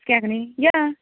कुस्क्यां न्ही या